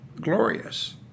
glorious